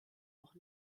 noch